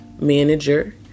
manager